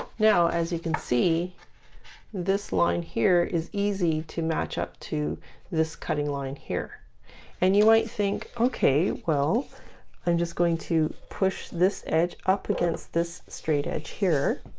now as you can see this line here is easy to match up to this cutting line here and you might think okay well i'm just going to push this edge up against this straight edge here